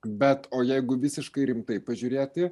bet o jeigu visiškai rimtai pažiūrėti